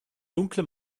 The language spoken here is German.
dunkle